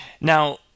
Now